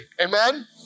Amen